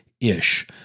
ish